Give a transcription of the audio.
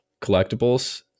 collectibles